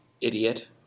idiot